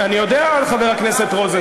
אתה צודק לגמרי,